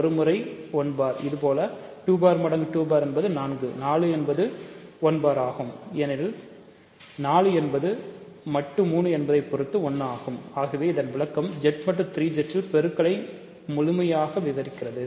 1 பார் ஆகும் ஏனெனில் 4 என்பது மட்டு 3 என்பதை பொறுத்து 1 ஆகும் ஆகவே இந்த விளக்கம் Z மட்டு 3 Z இல் பெருக்களை முழுமையாக விவரிக்கிறது